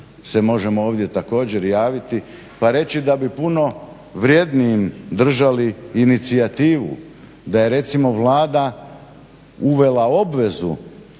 se možemo ovdje također javiti, pa reći da bi puno vrjednijim držali inicijativu. Da je recimo Vlada uvela obvezu